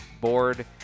board